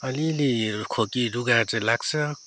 अलिअलि खोकी रुघा चाहिँ लाग्छ